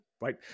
right